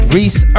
Reese